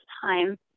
time